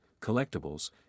collectibles